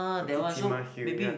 Bukit-Timah Hill yup